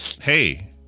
hey